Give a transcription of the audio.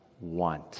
want